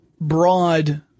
broad